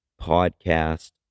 podcast